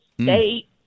state